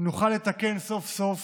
נוכל לתקן סוף-סוף